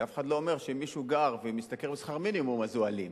ואף אחד לא אומר שאם מישהו גר ומשתכר שכר מינימום אז הוא אלים,